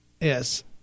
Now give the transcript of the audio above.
Yes